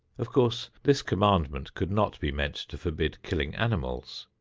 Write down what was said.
of course this commandment could not be meant to forbid killing animals.